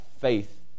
faith